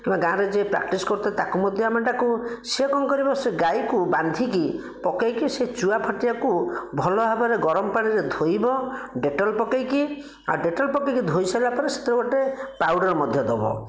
କିମ୍ବା ଗାଁରେ ଯିଏ ପ୍ରାକ୍ଟିସ୍ କରୁଥିବ ତାକୁ ମଧ୍ୟ ଆମେ ଡାକୁ ସିଏ କ'ଣ କରିବ ସେ ଗାଈକୁ ବାନ୍ଧିକି ପକେଇକି ସେ ଚୁଆ ଫାଟିଆକୁ ଭଲ ଭାବରେ ଗରମ ପାଣିରେ ଧୋଇବ ଡେଟଲ୍ ପକେଇକି ଆଉ ଡେଟଲ୍ ପକେଇକି ଧୋଇ ସାରିଲା ପରେ ସେଥିରେ ଗୋଟିଏ ପାଉଡ଼ର ମଧ୍ୟ ଦେବ